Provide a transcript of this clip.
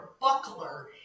buckler